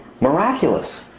Miraculous